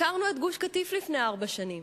עקרנו את גוש-קטיף לפני ארבע שנים.